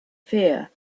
fear